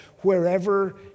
wherever